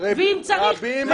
ואם צריך,